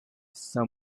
some